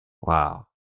Wow